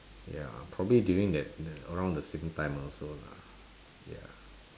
ya probably during that the around the same time also lah ya